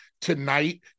tonight